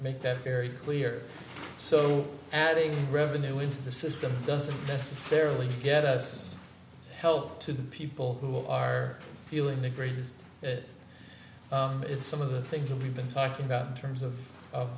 make that very clear so adding revenue into the system doesn't necessarily get us help to the people who are feeling the greatest in some of the things that we've been talking about terms of